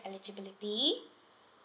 eligibility